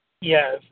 Yes